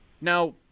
Now